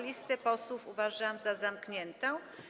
Listę posłów uważam za zamkniętą.